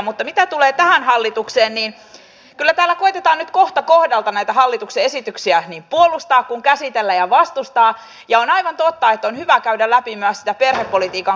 mutta mitä tulee tähän hallitukseen niin kyllä täällä koetetaan nyt kohta kohdalta näitä hallituksen esityksiä niin puolustaa kuin käsitellä ja vastustaa ja on aivan totta että on hyvä käydä läpi myös sitä perhepolitiikan kokonaiskuvaa